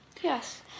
Yes